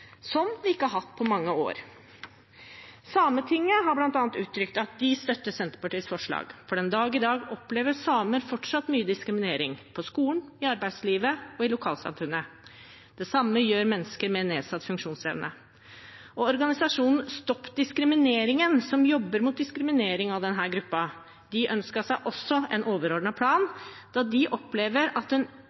som vi ikke har hatt på mange år. Sametinget har bl.a. uttrykt at de støtter Senterpartiets forslag, for den dag i dag opplever samer fortsatt mye diskriminering – på skolen, i arbeidslivet og i lokalsamfunnet. Det samme gjør mennesker med nedsatt funksjonsevne. Organisasjonen Stopp diskrimineringen, som jobber mot diskriminering av denne gruppen, ønsket seg også en overordnet plan, da de opplever at en